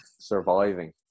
surviving